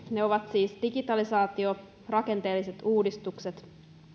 ne ovat siis digitalisaatio rakenteelliset uudistukset